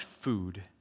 food